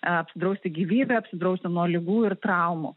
apsidrausti gyvybę apsidrausti nuo ligų ir traumų